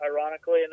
ironically